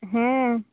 ᱦᱮᱸ